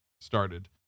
started